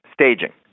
staging